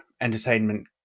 entertainment